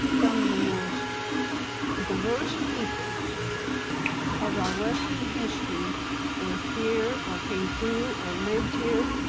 some of the most diverse peoples of our western history were here, or came through or lived here.